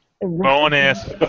Bonus